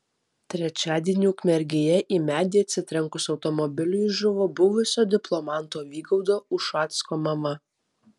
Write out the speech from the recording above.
trečiadienį ukmergėje į medį atsitrenkus automobiliui žuvo buvusio diplomato vygaudo ušacko mama